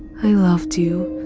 i loved you,